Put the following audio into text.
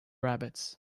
rabbits